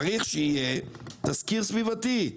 צריך שיהיה תסקיר סביבתי.